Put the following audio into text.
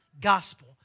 gospel